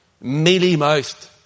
mealy-mouthed